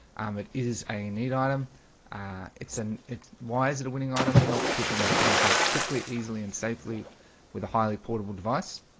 um it is a neat item it's an it. why is it a winning item that helps people make pancakes quickly easily and safely with a highly portable device